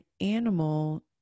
animal